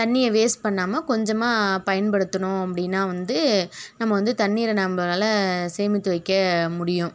தண்ணிய வேஸ்ட் பண்ணாமல் கொஞ்சமாக பயன்படுத்தணும் அப்படீனா வந்து நம்ம வந்து தண்ணீரை நம்பளால் சேமித்து வைக்க முடியும்